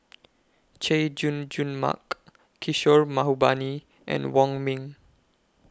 Chay Jung Jun Mark Kishore Mahbubani and Wong Ming